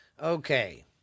Okay